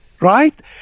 Right